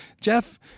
Jeff